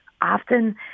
often